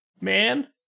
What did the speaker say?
Man